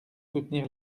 soutenir